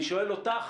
אני שואל אותך,